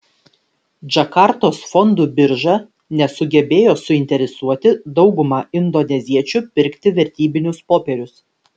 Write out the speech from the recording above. džakartos fondų birža nesugebėjo suinteresuoti daugumą indoneziečių pirkti vertybinius popierius